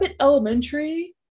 Elementary